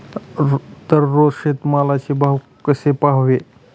दररोज शेतमालाचे भाव कसे पहावे?